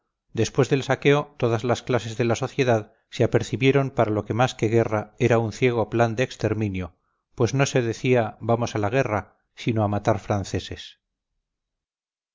después del saqueo todas las clases de la sociedad se apercibieron para lo que más que guerra era un ciego plan de exterminio pues no se decía vamos a la guerra sino a matar franceses